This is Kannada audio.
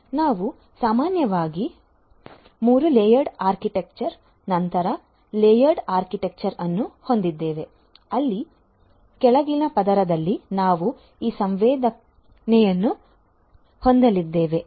ಆದ್ದರಿಂದ ನಾವು ಸಾಮಾನ್ಯವಾಗಿ 3 ಲೇಯರ್ಡ್ ಆರ್ಕಿಟೆಕ್ಚರ್ ನಂತಹ ಲೇಯರ್ಡ್ ಆರ್ಕಿಟೆಕ್ಚರ್ ಅನ್ನು ಹೊಂದಲಿದ್ದೇವೆ ಅಲ್ಲಿ ಕೆಳಗಿನ ಪದರದಲ್ಲಿ ನಾವು ಈ ಸಂವೇದನೆಯನ್ನು ಹೊಂದಲಿದ್ದೇವೆ